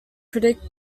predict